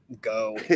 go